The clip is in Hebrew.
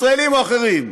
ישראלים או אחרים,